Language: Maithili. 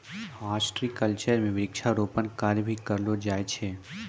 हॉर्टिकल्चर म वृक्षारोपण कार्य भी करलो जाय छै